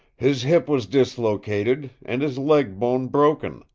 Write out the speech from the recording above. his hip was dislocated and his leg-bone broken,